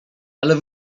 ale